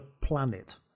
planet